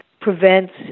prevents